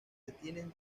detienen